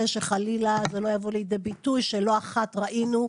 שחלילה זה לא יבוא לידי ביטוי שלא אחת ראינו,